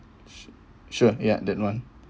sh~ sure ya that one